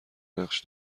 نقش